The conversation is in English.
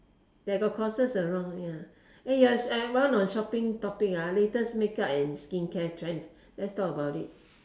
they got courses around ya eh on shopping topics ah latest makeup and skincare trends let's talk about it